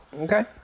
Okay